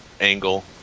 angle